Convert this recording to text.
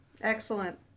Excellent